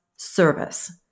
service